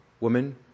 woman